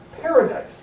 paradise